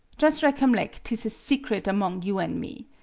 jus' recornleck t is a secret among you an me.